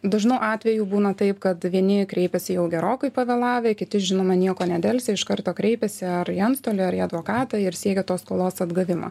dažnu atveju būna taip kad vieni kreipiasi jau gerokai pavėlavę kiti žinoma nieko nedelsia iš karto kreipiasi ar į antstolį ar į advokatą ir siekia tos skolos atgavimo